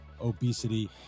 obesity